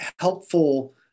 helpful